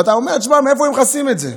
ואתה אומר: שמע, מאיפה הם מכסים את זה?